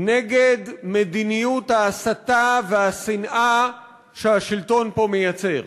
נגד מדיניות ההסתה והשנאה שהשלטון פה מייצר,